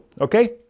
okay